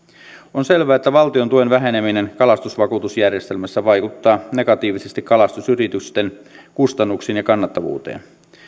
on selvää että valtiontuen väheneminen kalastusvakuutusjärjestelmässä vaikuttaa negatiivisesti kalastusyritysten kustannuksiin ja kannattavuuteen